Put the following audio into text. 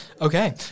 Okay